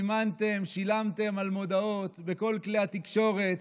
מימנתם, שילמתם על מודעות בכל כלי התקשורת